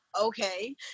okay